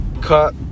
cut